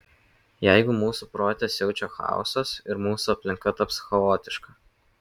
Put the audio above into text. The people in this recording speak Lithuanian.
jeigu mūsų prote siaučia chaosas ir mūsų aplinka taps chaotiška